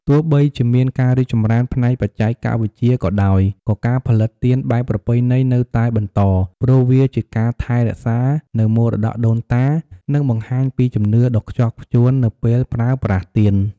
ទោះបីជាមានការរីកចម្រើនផ្នែកបច្ចេកវិទ្យាក៏ដោយ ក៏ការផលិតទៀនបែបប្រពៃណីនៅតែបន្ត ព្រោះវាជាការថែរក្សានៅមរតកដូនតា និងបង្ហាញពីជំនឿដ៏ខ្ជាប់ខ្ជួននៅពេលប្រើប្រាស់ទៀន។